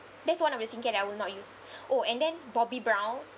that's one of the skincare that I will not use oh and then Bobbi Brown